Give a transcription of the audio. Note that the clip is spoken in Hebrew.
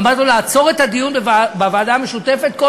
ואמרתי לו לעצור את הדיון בוועדה המשותפת כל